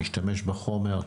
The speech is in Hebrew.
נשתמש בחומר.